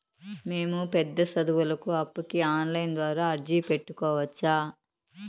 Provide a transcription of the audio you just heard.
మేము పెద్ద సదువులకు అప్పుకి ఆన్లైన్ ద్వారా అర్జీ పెట్టుకోవచ్చా?